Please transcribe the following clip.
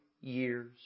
years